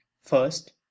First